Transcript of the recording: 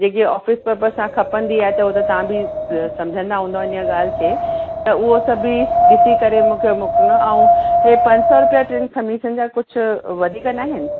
जेकी office purpose सां खपंदी आहे त उहो त तव्हां बि समुझंदा हूंदव इन्हीअ ॻाल्हि खे त उहो सभु ॾिसी करे मूंखे मोकिलो न ऐं इहे पंज सौ रुपया टिनि खमीसनि जा कुझु वधिक नाहिनि